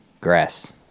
Grass